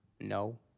no